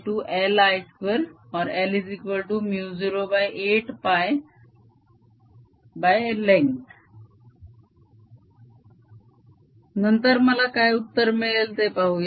2πrdr016πI2 016πI212LI2 or L08πlength नंतर मला काय उत्तर मिळेल ते पाहूया